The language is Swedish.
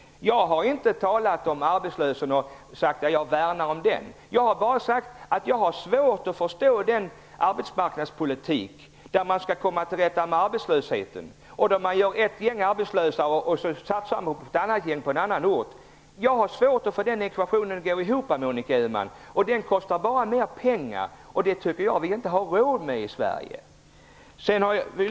Jag har inte talat om arbetslösheten och sagt att jag värnar om arbetstillfällena. Jag har bara sagt att jag har svårt att förstå att detta är ett sätt att komma till rätta med arbetslösheten: ett gäng är arbetslöst, och så satsar man på ett annat gäng på en annan ort. Jag har svårt att få den ekvationen att gå ihop, Monica Öhman. Detta kostar bara mer pengar, och det tycker jag inte att vi har råd med i Sverige.